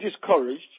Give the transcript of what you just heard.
discouraged